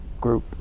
group